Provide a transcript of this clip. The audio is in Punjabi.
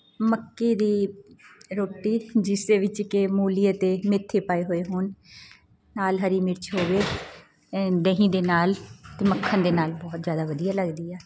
ਮੱਕੀ ਦੀ ਰੋਟੀ ਜਿਸਦੇ ਵਿੱਚ ਕਿ ਮੂਲੀ ਅਤੇ ਮੇਥੇ ਪਾਏ ਹੋਏ ਹੋਣ ਨਾਲ ਹਰੀ ਮਿਰਚ ਹੋਵੇ ਦਹੀਂ ਦੇ ਨਾਲ ਅਤੇ ਮੱਖਣ ਦੇ ਨਾਲ ਬਹੁਤ ਜ਼ਿਆਦਾ ਵਧੀਆ ਲੱਗਦੀ ਆ